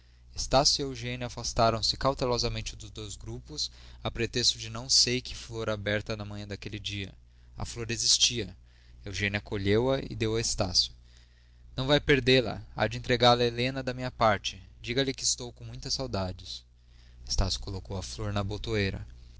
de flores estácio e eugênia afastaram-se cautelosamente dos dois grupos a pretexto de não sei que flor aberta na manhã daquele dia a flor existia eugênia colheu a e deu a estácio não vá perdê-la há de entregá la a helena da minha parte diga-lhe que estou com muitas saudades estácio colocou a flor na botoeira